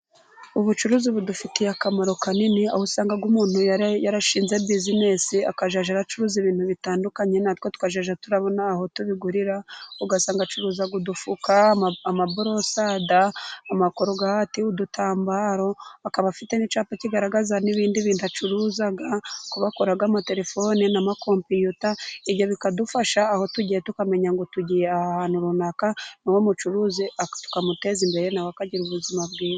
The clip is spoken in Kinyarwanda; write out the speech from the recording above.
Ubucuruzi budufitiye akamaro kanini aho usanga umuntu yarashinze bizinesi akazajya aracuruza ibintu bitandukanye natwe tukazajya turabona aho tubigurira, ugasanga acuruza udufuka, amaborosada, amakorogati, udutambaro, akaba afite n'icyapa kigaragaza n'ibindi bintu acuruza, ko bakora amatelefone n'amakompiyuta, ibyo bikadufasha aho tugiye tukamenya ngo tugiye aha ahantu runaka, n'uwo mucuruzi tukamuteza imbere na we akagira ubuzima bwiza.